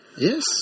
Yes